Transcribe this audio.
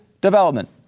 development